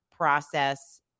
process